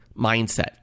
mindset